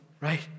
right